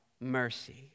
mercy